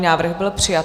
Návrh byl přijat.